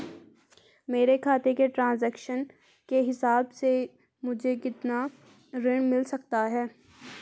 मेरे खाते के ट्रान्ज़ैक्शन के हिसाब से मुझे कितना ऋण मिल सकता है?